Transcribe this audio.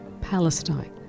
Palestine